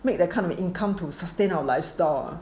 make the kind of income to sustain our lifestyle ah